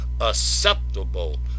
acceptable